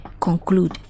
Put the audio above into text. conclude